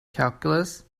calculus